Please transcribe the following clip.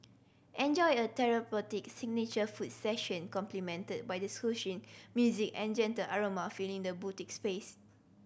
enjoy a therapeutic signature foot session complimented by the soothing music and gentle aroma filling the boutique space